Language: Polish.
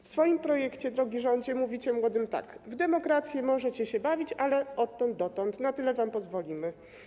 W swoim projekcie, drogi rządzie, mówicie młodym tak: w demokrację możecie się bawić, ale odtąd dotąd, na tyle wam pozwolimy.